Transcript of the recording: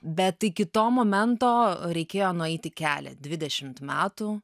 bet iki to momento reikėjo nueiti kelią dvidešimt metų